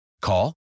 Call